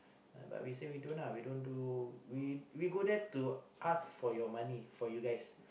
but we say we don't uh we don't do we we go there to ask for your money for you guys